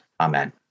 Amen